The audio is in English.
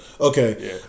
Okay